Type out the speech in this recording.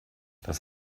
das